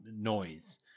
noise